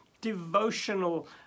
Devotional